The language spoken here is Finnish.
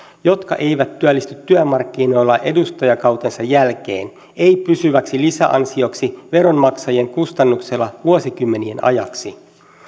jotka eivät työllisty työmarkkinoilla edustajakautensa jälkeen ei pysyväksi lisäansioksi veronmaksajien kustannuksella vuosikymmenien ajaksi